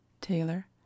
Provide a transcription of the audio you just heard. taylor